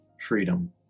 freedom